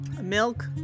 Milk